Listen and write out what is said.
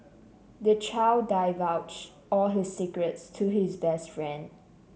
the child divulged all his secrets to his best friend